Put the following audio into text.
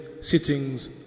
sittings